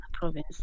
province